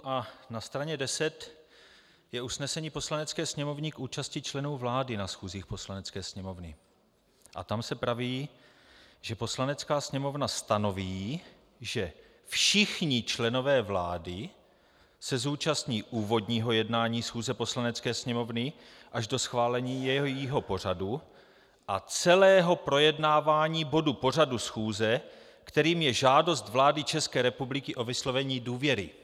A na straně 10 je usnesení Poslanecké sněmovny k účasti členů vlády na schůzích Poslanecké sněmovny a tam se praví, že Poslanecká sněmovna stanoví, že všichni členové vlády se zúčastní úvodního jednání schůze Poslanecké sněmovny až do schválení jejího pořadu a celého projednávání bodu pořadu schůze, kterým je žádost vlády České republiky o vyslovení důvěry.